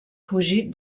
fugit